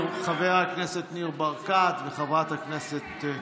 חבר הכנסת ניר ברקת וחברת הכנסת,